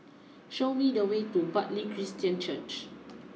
show me the way to Bartley Christian Church